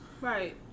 Right